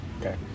Okay